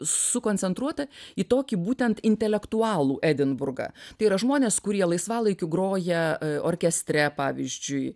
sukoncentruota į tokį būtent intelektualų edinburgą tai yra žmonės kurie laisvalaikiu groja orkestre pavyzdžiui